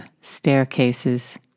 staircases